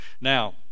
Now